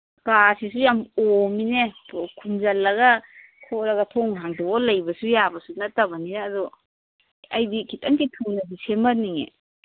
ꯀꯥꯁꯤꯁꯨ ꯌꯥꯝ ꯑꯣꯝꯃꯤꯅꯦ ꯈꯨꯝꯖꯜꯂꯒ ꯈꯣꯠꯂꯒ ꯊꯣꯡ ꯍꯥꯡꯗꯣꯛꯑ ꯂꯩꯕꯁꯨ ꯌꯥꯕꯁꯨ ꯅꯠꯇꯕꯅꯤꯅ ꯑꯗꯨ ꯑꯩꯗꯤ ꯈꯤꯇꯪꯗꯤ ꯊꯨꯅꯗꯤ ꯁꯦꯝꯍꯟꯅꯤꯡꯉꯦ